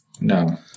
No